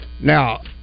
Now